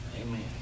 Amen